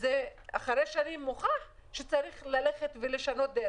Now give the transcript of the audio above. הוכח אחרי שנים שצריך לשנות דרך.